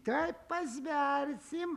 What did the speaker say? tuoj pasversim